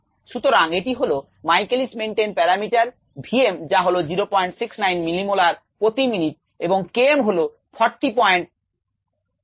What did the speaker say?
সুতরাং এটি হলো Michaelis Menten parameter v m যা হলো 069 মিলিমোলার প্রতি মিনিট এবং k m হলো 4026